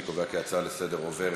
אני קובע כי ההצעה לסדר-היום עוברת